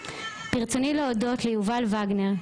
ברצוני להודות ליובל וגנר,